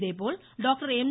இதேபோல் doctor M